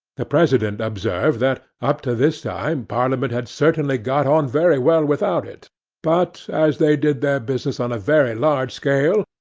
the president observed that, up to this time parliament had certainly got on very well without it but, as they did their business on a very large scale,